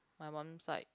my mum side